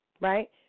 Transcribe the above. right